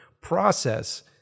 process